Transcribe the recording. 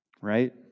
Right